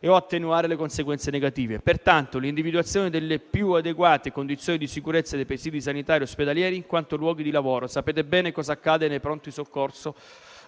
e/o attenuarne le conseguenze negative e, pertanto, l'individuazione delle più adeguate condizioni di sicurezza dei presidi sanitari ospedalieri in quanto luoghi di lavoro (sapete bene cosa accade nei Pronto soccorso